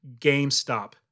GameStop